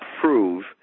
prove